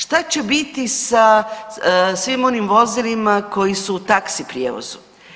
Šta će biti sa svim onim vozilima koji su u taksi prijevoz?